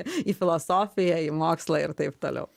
į filosofiją į mokslą ir taip toliau